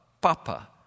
Papa